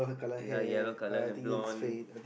ya yellow colour have blonde